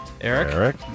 Eric